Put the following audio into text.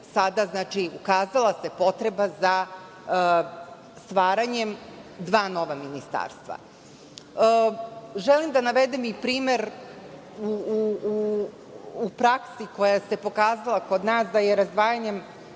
ukazala se potreba za stvaranjem dva nova ministarstva. Želim da navedem i primer u praksi koja se pokazala kod nas da je razdvajanjem